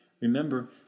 Remember